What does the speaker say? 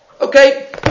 Okay